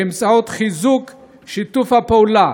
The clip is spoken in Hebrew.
באמצעות חיזוק שיתוף הפעולה